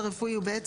נכון, זה יהיה